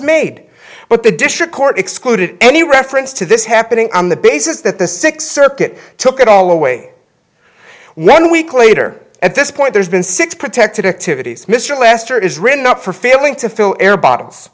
made but the district court excluded any reference to this happening on the basis that the sixth circuit took it all away one week later at this point there's been six protected activities mr lester is written up for failing to fill air bottles